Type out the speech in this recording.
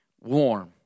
warm